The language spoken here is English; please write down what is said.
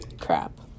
crap